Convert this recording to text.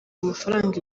amafaranga